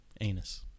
ANUS